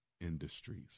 industries